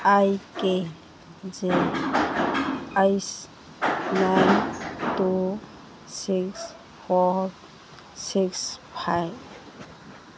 I K J H one two six four six five